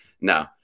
No